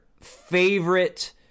favorite